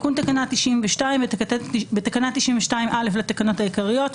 תיקון תקנה 92 2. בתקנה 92(א) לתקנות העיקריות,